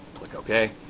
click ok,